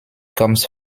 comes